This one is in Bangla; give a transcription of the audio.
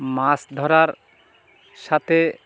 মাছ ধরার সাথে